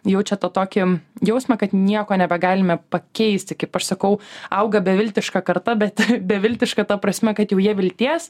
jaučia tą tokį jausmą kad nieko nebegalime pakeisti kaip aš sakau auga beviltiška karta bet beviltiška ta prasme kad jau jie vilties